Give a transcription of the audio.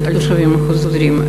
על התושבים החוזרים,